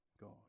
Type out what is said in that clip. God